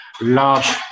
large